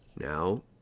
Now